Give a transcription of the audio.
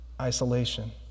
isolation